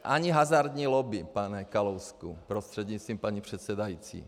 Ani hazardní lobby, pane Kalousku prostřednictvím paní předsedající.